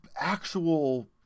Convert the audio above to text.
actual